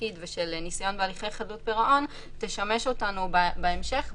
בתפקיד וניסיון בהליכי חדלות פירעון ישמשו אותנו בהמשך,